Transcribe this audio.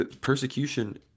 persecution